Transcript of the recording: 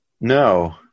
No